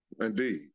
Indeed